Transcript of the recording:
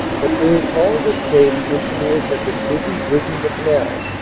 but during all this day the engineers had been busy bridging the canal.